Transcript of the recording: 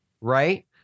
right